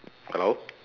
hello